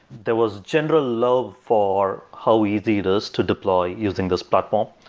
there was general love for how easy it is to deploy using this platform,